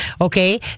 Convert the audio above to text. okay